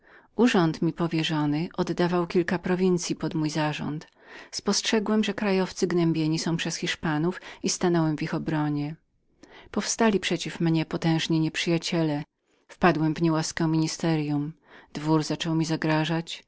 urząd mi powierzony podawał kilka prowincyi pod mój zarząd spostrzegłem krajowców gnębionych przez lud zwycięzki i stanąłem w ich obronie powstali przeciw mnie potężni nieprzyjaciele padłem w niełaskę ministeryum dwór zaczął mi zagrażać